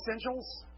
essentials